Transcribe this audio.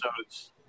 episodes